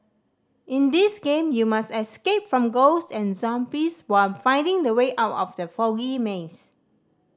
in this game you must escape from ghost and zombies while finding the way out of the foggy maze